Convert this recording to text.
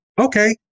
Okay